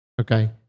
okay